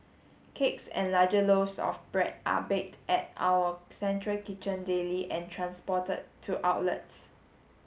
cakes and larger loaves of bread are baked at our central kitchen daily and transported to outlets